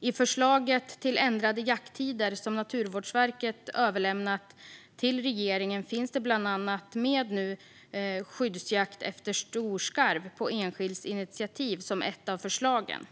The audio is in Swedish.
I förslaget till ändrade jakttider som Naturvårdsverket överlämnat till regeringen finns bland annat skyddsjakt på storskarv på enskilds initiativ nu med som ett av förslagen.